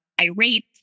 irate